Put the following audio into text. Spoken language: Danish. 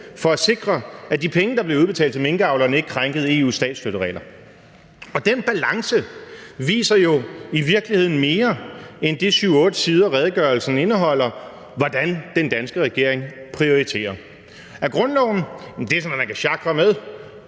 for at sikre, at de penge, der blev udbetalt til minkavlerne, ikke krænkede EU's statsstøtteregler. Og den balance viser jo i virkeligheden mere end de syv-otte sider, som redegørelsen indeholder, hvordan den danske regering prioriterer: Altså, grundloven er sådan noget, som man kan sjakre med,